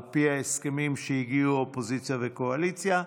על פי ההסכמים שהגיעו אליהם האופוזיציה והקואליציה,